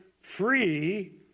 free